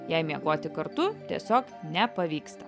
jei miegoti kartu tiesiog nepavyksta